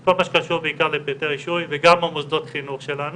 כל מה שקשור בעיקר לפריטי רישוי וגם המוסדות חינוך שלנו,